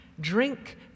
drink